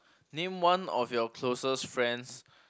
name one of your closest friends